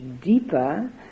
deeper